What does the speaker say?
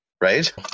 right